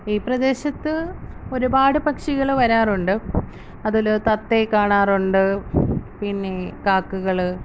ഈ പ്രദേശത്ത് ഒരുപാട് പക്ഷികള് വരാറുണ്ട് അതില് തത്തെയെ കാണാറുണ്ട് പിന്നെ കാക്കകള്